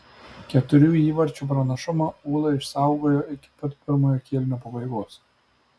keturių įvarčių pranašumą ūla išsaugojo iki pat pirmojo kėlinio pabaigos